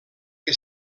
que